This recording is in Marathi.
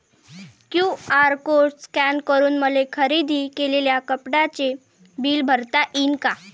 क्यू.आर कोड स्कॅन करून मले खरेदी केलेल्या कापडाचे बिल भरता यीन का?